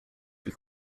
plus